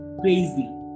crazy